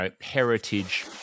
heritage